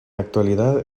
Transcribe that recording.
actualidad